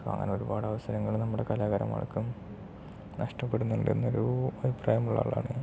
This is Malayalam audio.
അങ്ങനെ ഒരുപാട് അവസരങ്ങൾ നമ്മുടെ കലാകാരന്മാർക്കും നഷ്ടപ്പെടുന്നുണ്ടെന്ന് ഒരു അഭിപ്രായം ഉള്ള ആളാണ് ഞാൻ